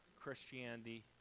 Christianity